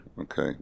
Okay